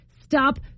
Stop